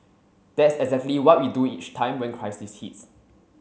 that's exactly what we do each time when crisis hits